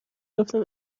رفتم